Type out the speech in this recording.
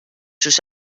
sus